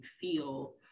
feel